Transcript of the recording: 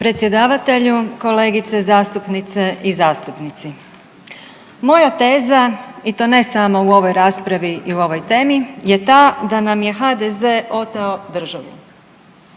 Predsjedavatelju, kolegice zastupnice i zastupnici, moja teza i to ne samo u ovoj raspravi i ovoj temi je ta da nam je HDZ oteo državu.